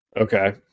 Okay